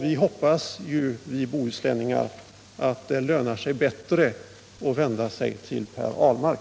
Vi bohuslänningar hoppas att det skall löna sig bättre att vända sig till Per Ahlmark.